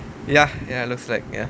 ya ya looks like ya